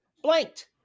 Blanked